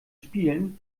spielen